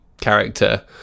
character